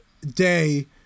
day